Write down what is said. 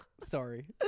Sorry